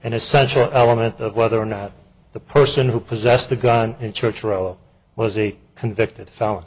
an essential element of whether or not the person who possessed the gun in church row was a convicted felon